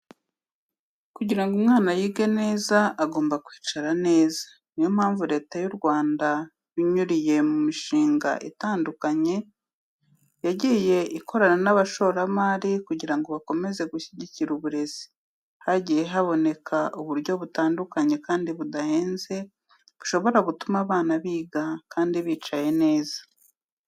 Kugira ngo umwana yige neza agomba kwicara neza. Ni yo mpamvu Leta y'u Rwanda binyuriye mu mishinga itandukanye yagiye ikorana n'abashoramari kugira ngo bakomeze gushyigikira uburezi. Hagiye haboneka uburyo butandukanye kandi budahenze, bushobora gutuma abana biga kandi bicaye neza.